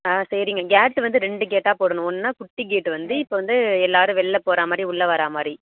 ஆ சரிங்க கேட்டு வந்து ரெண்டு கேட்டாக போடணும் ஒன்று குட்டி கேட்டு வந்து இப்போ வந்து எல்லோரும் வெளில போகிறா மாதிரி உள்ளே வர்ற மாதிரி